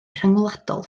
rhyngwladol